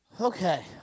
Okay